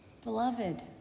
Beloved